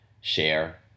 share